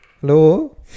hello